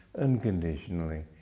unconditionally